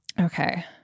okay